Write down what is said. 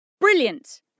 Brilliant